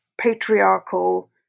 patriarchal